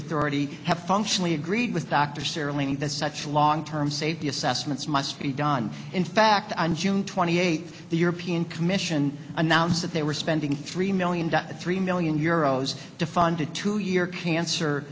authority have functionally agreed with dr sara ling that such a long term safety assessments must be done in fact on june twenty eighth the european commission announced that they were spending three million three million euros to fund a two year cancer